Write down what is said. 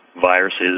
viruses